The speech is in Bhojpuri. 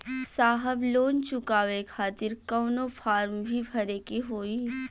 साहब लोन चुकावे खातिर कवनो फार्म भी भरे के होइ?